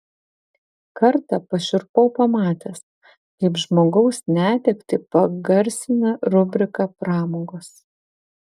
kartą pašiurpau pamatęs kaip žmogaus netektį pagarsina rubrika pramogos